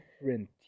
different